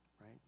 right